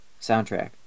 soundtrack